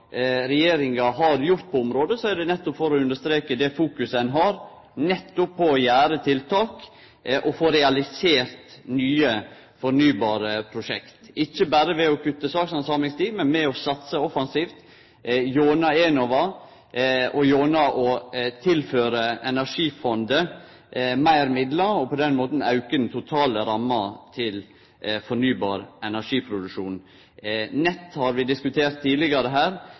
regjeringa har gjort på området, er det for å understreke det fokuset ein har nettopp på å gjere tiltak og få realisert nye fornybare prosjekt – ikkje berre ved å kutte sakshandsamingstida, men ved å satse offensivt gjennom Enova og gjennom å tilføre Energifondet meir midlar, og på den måten auke den totale ramma for fornybar energiproduksjon. Nett har vi diskutert tidlegare her